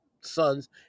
sons